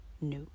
No